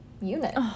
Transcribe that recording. unit